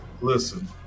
listen